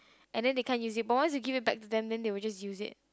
and then they can't use it but what you give it back to them then will just use it